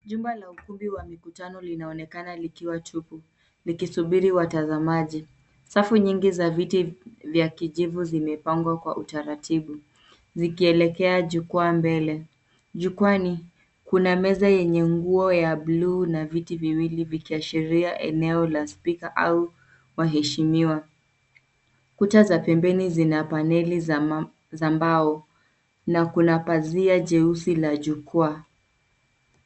Jumba la ukumbi wa mkutano linaonekana likiwa tupu likisubiri watazamaji. Safu nyingi za viti vya kijivu zimepangwa kwa utaratibu, zikielekea jukwaa mbele. Jukwani, kuna meza yenye nguo ya blue na viti viwili vikiashiria eneo la speaker au waheshimiwa. Kuta za pembeni zina paneli za mbao na kuna pazia jeusi la jukwaa.